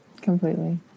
completely